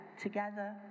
together